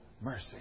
mercy